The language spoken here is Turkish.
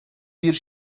bir